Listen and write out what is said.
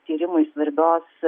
tyrimui svarbios